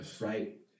right